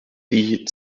die